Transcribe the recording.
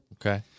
Okay